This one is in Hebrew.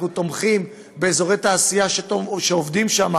אנחנו תומכים באזורי תעשייה שעובדים בהם